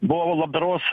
buvo labdaros